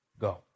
go